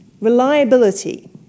Reliability